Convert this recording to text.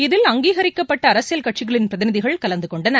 இதில் அங்கீகரிக்கப்பட்ட அரசியல் கட்சிகளின் பிரதிநிதிகள் கலந்துகொண்டனர்